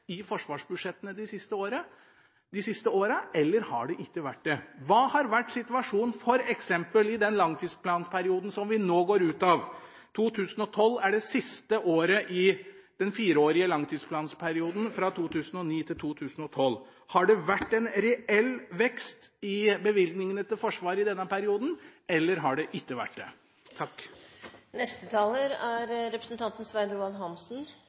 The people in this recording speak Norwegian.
i forsvarsbudsjettene de siste åra, eller har det ikke vært det? Hva har vært situasjonen i f.eks. den langtidsplanperioden som vi nå går ut av? 2012 er det siste året i den fireårige langtidsplanperioden fra 2009 til 2012. Har det vært en reell vekst i bevilgningene til Forsvaret i denne perioden, eller har det ikke vært det? Vår kritikk av Fremskrittspartiets kutt i bistandsbudsjettet er